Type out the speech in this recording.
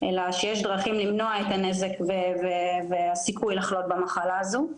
אלא שיש דרכים למנוע את הנזק והסיכוי לחלות במחלה הזו.